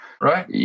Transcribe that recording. right